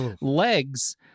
legs